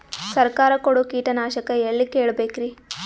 ಸರಕಾರ ಕೊಡೋ ಕೀಟನಾಶಕ ಎಳ್ಳಿ ಕೇಳ ಬೇಕರಿ?